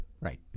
right